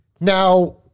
Now